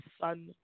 sun